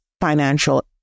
financial